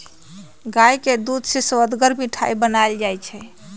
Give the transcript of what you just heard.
गाय के दूध से सुअदगर मिठाइ बनाएल जाइ छइ